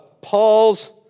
Paul's